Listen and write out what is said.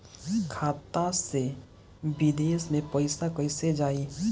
खाता से विदेश मे पैसा कईसे जाई?